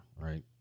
Right